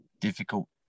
difficult